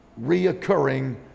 reoccurring